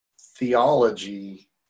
theology